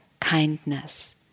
kindness